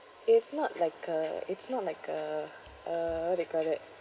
it's not like uh it's not like uh uh what do you call that